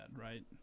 right